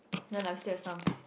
no lah I still have some